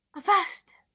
a vast